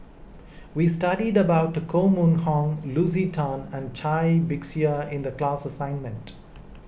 we studied about Koh Mun Hong Lucy Tan and Cai Bixia in the class assignment